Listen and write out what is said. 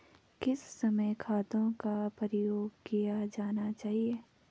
किस समय खादों का प्रयोग किया जाना चाहिए?